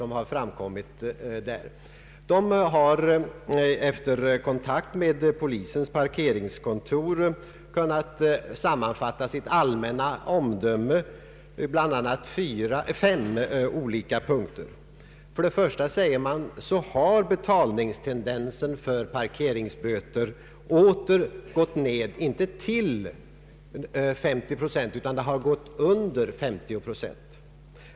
Gatukontoret har efter kontakt med polisens parkeringskontor kunnat sammanfatta sitt allmänna omdöme i bl.a. fem olika punkter: För det första har betalningstendensen för parkeringsböter gått ned under 50 procent.